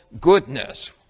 goodness